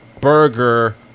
burger